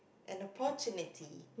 an opportunity